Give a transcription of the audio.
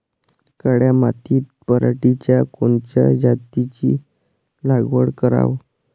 काळ्या मातीत पराटीच्या कोनच्या जातीची लागवड कराव?